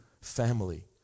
family